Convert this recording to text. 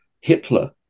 Hitler